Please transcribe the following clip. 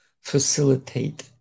facilitate